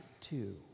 Two